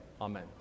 Amen